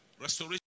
Restoration